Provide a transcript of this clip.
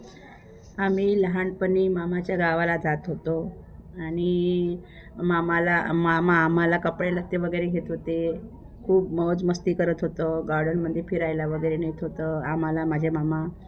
आम्ही लहानपणी मामाच्या गावाला जात होतो आणि मामाला मामा आम्हाला कपडेलत्ते वगैरे घेत होते खूप मौजमस्ती करत होतो गार्डनमध्ये फिरायला वगैरे नेत होतो आम्हाला माझे मामा